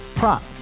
Prop